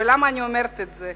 ולמה אני אומרת את זה?